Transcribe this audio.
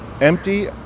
empty